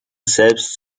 selbst